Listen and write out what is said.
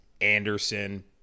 Anderson